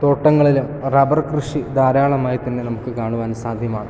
തോട്ടങ്ങളിലും rubber കൃഷി ധാരാളമായി തന്നെ നമുക്ക് കാണുവാൻ സാധ്യമാകും